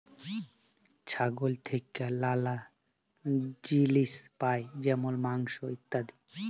ছাগল থেক্যে লালা জিলিস পাই যেমল মাংস, ইত্যাদি